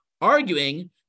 arguing